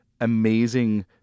amazing